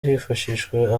hifashishijwe